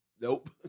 Nope